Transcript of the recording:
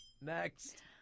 Next